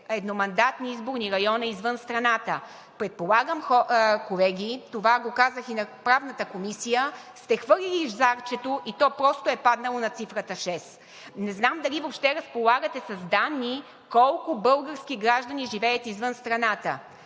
едномандатни изборни района извън страната. Предполагам, колеги, това го казах и на Правната комисия, сте хвърлили зарчето и то просто е паднало на цифрата шест. Не знам дали въобще разполагате с данни колко български граждани живеят извън страната?